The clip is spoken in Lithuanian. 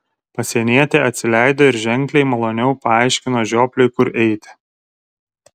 pasienietė atsileido ir ženkliai maloniau paaiškino žiopliui kur eiti